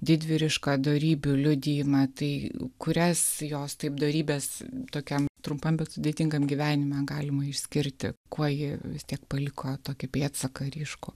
didvyrišką dorybių liudijimą tai kurias jos taip dorybes tokiam trumpam bet sudėtingam gyvenime galima išskirti kuo ji vis tiek paliko tokį pėdsaką ryškų